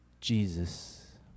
Jesus